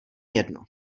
jedno